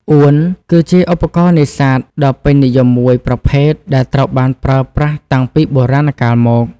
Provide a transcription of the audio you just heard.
អួន គឺជាឧបករណ៍នេសាទដ៏ពេញនិយមមួយប្រភេទដែលត្រូវបានប្រើប្រាស់តាំងពីបុរាណកាលមក។